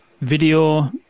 video